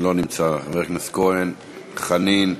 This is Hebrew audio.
לא נמצא, חברי הכנסת כהן, חנין,